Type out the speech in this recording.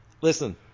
Listen